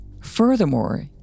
Furthermore